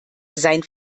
sein